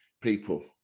people